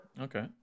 Okay